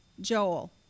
Joel